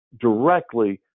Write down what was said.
directly